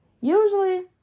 Usually